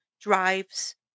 drives